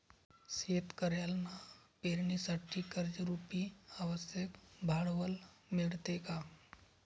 शेतकऱ्यांना पेरणीसाठी कर्जरुपी आवश्यक भांडवल मिळते का?